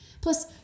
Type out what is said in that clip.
plus